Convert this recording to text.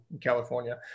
California